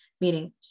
meaning